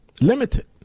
limited